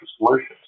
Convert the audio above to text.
solutions